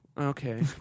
Okay